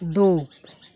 दो